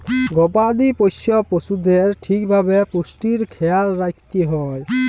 গবাদি পশ্য পশুদের ঠিক ভাবে পুষ্টির খ্যায়াল রাইখতে হ্যয়